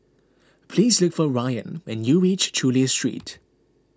please look for Rayan when you reach Chulia Street